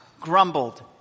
grumbled